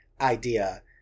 idea